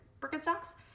Birkenstocks